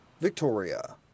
Victoria